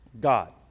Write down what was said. God